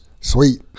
Sweet